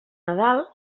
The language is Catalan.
nadal